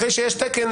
אחרי שיש תקן,